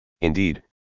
Indeed